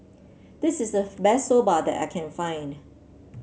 this is the best Soba that I can find